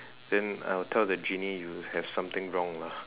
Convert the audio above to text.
then I will tell the genie you have something wrong lah